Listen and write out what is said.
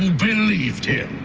believed him.